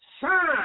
sign